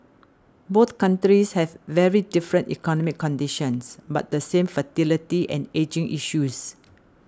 both countries have very different economic conditions but the same fertility and ageing issues